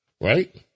right